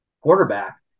quarterback